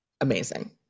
amazing